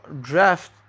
draft